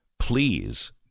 please